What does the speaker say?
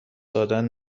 دادن